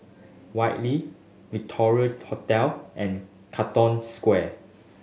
Whitley Victoria Hotel and Katong Square